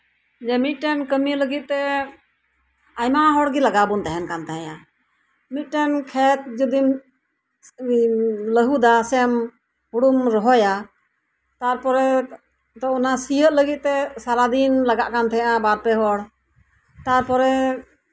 ᱢᱤᱫᱴᱮᱡ ᱠᱟᱹᱢᱤ ᱞᱟᱹᱜᱤᱫᱛᱮ ᱟᱭᱢᱟ ᱦᱚᱲᱜᱮ ᱞᱟᱜᱟᱣ ᱵᱚᱱ ᱛᱟᱸᱦᱮᱱ ᱠᱟᱱ ᱛᱟᱸᱦᱮᱜᱼᱟ ᱢᱤᱫᱴᱟᱱ ᱠᱷᱮᱛ ᱡᱚᱫᱤᱢ ᱞᱟᱦᱩᱫᱟ ᱥᱮᱢ ᱦᱩᱲᱩᱢ ᱨᱚᱦᱚᱭᱟ ᱛᱟᱨᱯᱚᱨᱮ ᱥᱤᱭᱳᱜ ᱞᱟᱹᱜᱤᱫ ᱛᱟ ᱥᱟᱨᱟ ᱫᱤᱱ ᱞᱟᱜᱟᱜ ᱠᱟᱱ ᱛᱟᱸᱦᱮᱱᱟ ᱵᱟᱨᱯᱮ ᱦᱚᱲ ᱛᱟᱨᱯᱚᱨᱮ